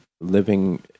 living